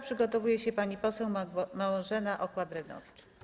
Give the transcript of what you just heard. Przygotowuje się pani poseł Marzena Okła-Drewnowicz.